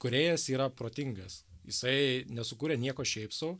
kūrėjas yra protingas jisai nesukūrė nieko šiaip sau